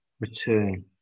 return